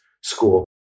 school